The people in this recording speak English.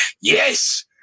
Yes